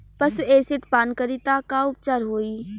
पशु एसिड पान करी त का उपचार होई?